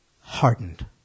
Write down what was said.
hardened